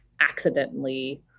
accidentally